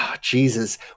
Jesus